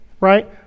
right